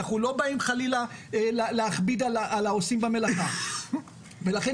אנחנו לא באים חלילה להכביד על העושים במלאכה ולכן